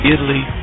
Italy